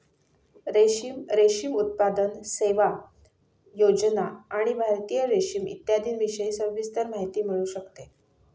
रेशीम, रेशीम उत्पादन, सेवा, योजना आणि भारतीय रेशीम इत्यादींविषयी सविस्तर माहिती मिळू शकते